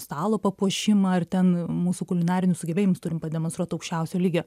stalo papuošimą ar ten mūsų kulinarinius sugebėjimus turim pademonstruot aukščiausio lygio